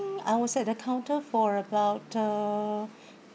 I was at the counter for about uh